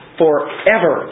forever